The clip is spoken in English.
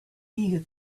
eager